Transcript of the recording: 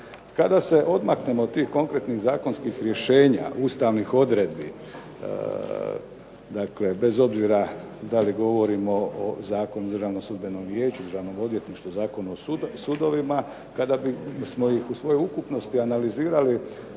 Kada se odmaknem od tih konkretnih zakonskih rješenja ustavnih odredbi, bez obzira da li govorimo o Zakonu o Državnom sudbenom vijeću, Državnom odvjetništvu, Zakonu o sudovima kada bi smo ih u svojoj ukupnosti analizirali